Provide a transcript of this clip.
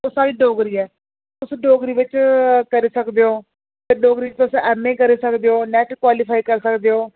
ओह् साढ़ी डोगरी ऐ तुस डोगरी बिच करी सकदे ओ डोगरी दी तुस ऐम्म ए करी सकदे ओ नैट्ट क्वालीफाई करी सकदे ओ